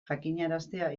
jakinaraztea